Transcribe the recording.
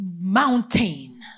mountain